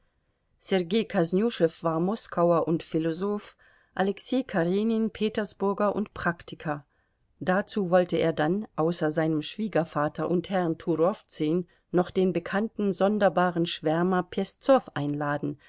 kosnüschew war moskauer und philosoph alexei karenin petersburger und praktiker dazu wollte er dann außer seinem schwiegervater und herrn turowzün noch den bekannten sonderbaren schwärmer peszow einladen